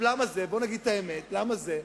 למה זה?